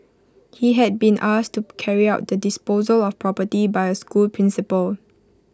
he had been asked to carry out the disposal of property by A school principal